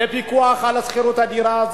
לפיקוח על שכירות הדירה,